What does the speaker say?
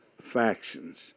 factions